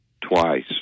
twice